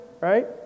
right